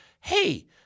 hey